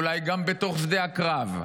אולי גם בתוך שדה הקרב.